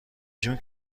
جون